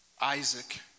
Isaac